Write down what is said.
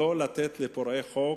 לא לתת לפורעי חוק,